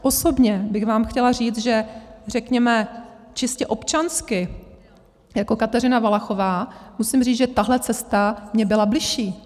Osobně bych vám chtěla říct, že řekněme čistě občansky, jako Kateřina Valachová, musím říct, že tahle cesta mně byla bližší.